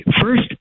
first